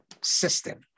system